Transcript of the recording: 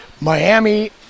Miami